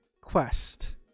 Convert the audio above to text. quest